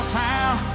town